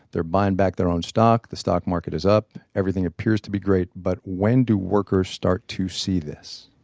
they're buying back their own stock. the stock market is up. everything appears to be great. but when do workers start to see this?